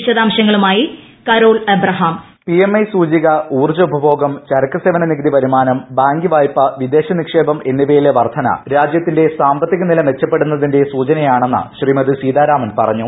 വിശദാംശങ്ങളുമായി കരോൾ എട്ടി വോയിസ് പി എം ഐ സൂചിക ഉൽജ്ജ ഉപഭോഗം ചരക്കുസേവന നികുതി വരുമാനം ബാങ്ക് വായ്പ്പ് വിദേശ നിക്ഷേപം എന്നിവയിലെ വർധന രാജ്യത്തിന്റെ സാമ്പത്തിക നില മെച്ചപ്പെടുന്നത്തിന്റെ സൂചനയാണ് എന്ന് ശ്രീമതി സീതാരാമൻ പറഞ്ഞു